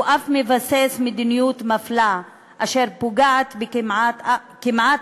הוא אף מבסס מדיניות מפלה אשר פוגעת כמעט